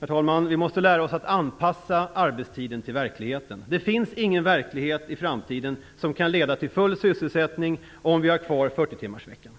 Herr talman! Vi måste lära oss att anpassa arbetstiden till verkligheten. Det finns ingen verklighet i framtiden som kan leda till full sysselsättning om vi har kvar 40-timmarsveckan.